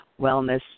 wellness